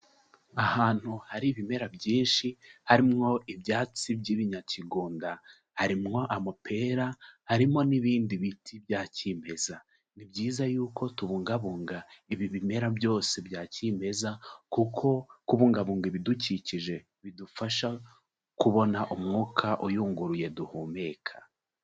Ahantu hari ibimera byinshi, harimo ibyatsi by'ibinyakigunda, harimo amapera, harimo n'ibindi biti bya kimeza, ni byiza yuko tubungabunga ibi bimera byose bya kimeza, kuko kubungabunga ibidukikije bidufasha kubona umwuka uyunguruye duhumeka.